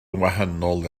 wahanol